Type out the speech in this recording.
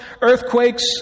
earthquakes